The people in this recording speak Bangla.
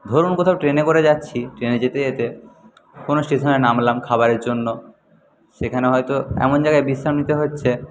ধরুন কোথাও ট্রেনে করে যাচ্ছি ট্রেনে যেতে যেতে কোন স্টেশনে নামলাম খাবারের জন্য সেখানে হয়তো এমন জায়গায় বিশ্রাম নিতে হচ্ছে